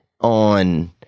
on